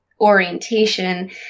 orientation